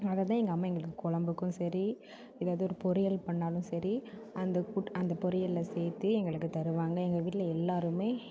அதை தான் எங்கம்மா எங்களுக்கு குழம்புக்கும் சரி எதாவது ஒரு பொரியல் பண்ணாலும் சரி அந்த கூட்டு அந்த பொரியலில் சேர்த்து எங்களுக்கு தருவாங்க எங்கள் வீட்டில் எல்லாருமே